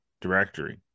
directory